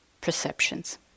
perceptions